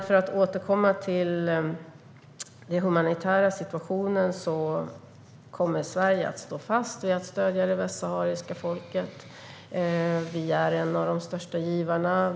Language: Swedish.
Låt mig återkomma till frågan om den humanitära situationen. Sverige kommer att stå fast vid att stödja det västsahariska folket. Sverige är en av de största givarna.